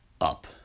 up